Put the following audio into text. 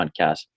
podcast